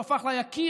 כשהוא הפך ליקיר,